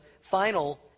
final